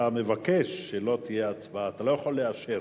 אתה מבקש שלא תהיה הצבעה, אתה לא יכול לאשר.